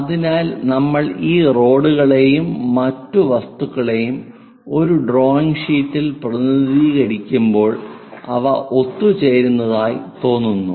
അതിനാൽ നമ്മൾ ഈ റോഡുകളെയും മറ്റ് വസ്തുക്കളെയും ഒരു ഡ്രോയിംഗ് ഷീറ്റിൽ പ്രതിനിധീകരിക്കുമ്പോൾ അവ ഒത്തുചേരുന്നതായി തോന്നുന്നു